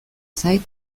zait